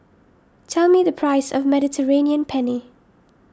tell me the price of Mediterranean Penne